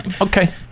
Okay